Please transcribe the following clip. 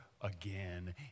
again